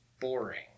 boring